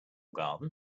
garden